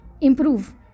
improve